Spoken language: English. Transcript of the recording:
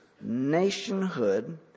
nationhood